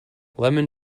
lemon